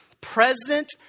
present